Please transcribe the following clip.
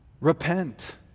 Repent